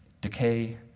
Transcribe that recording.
decay